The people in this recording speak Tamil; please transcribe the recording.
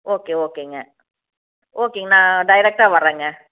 ஓகே ஓகேங்க ஓகேங் நான் டைரெக்டாக வரேங்க